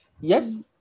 Yes